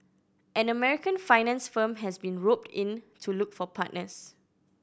an American finance firm has been roped in to look for partners